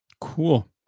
Cool